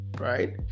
right